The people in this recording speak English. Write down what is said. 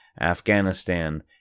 Afghanistan